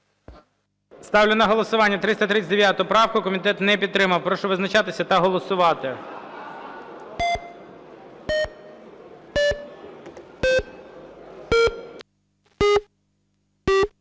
Ставлю на голосування 344 правку. Комітет на підтримав. Прошу визначатися та голосувати.